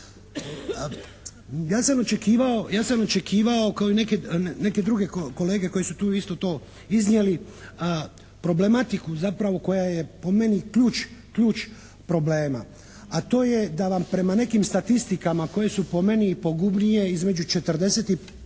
Ja sam očekivao kao i neke druge kolege koje su tu isto to iznijeli, problematiku zapravo koja je po meni ključ problema. A to je da vam prema nekim statistikama koje su po meni pogubnije, između 40